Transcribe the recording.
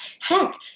Heck